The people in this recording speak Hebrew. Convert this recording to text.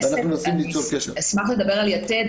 אני אשמח לדבר על "יתד",